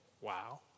wow